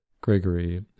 Gregory